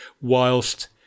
whilst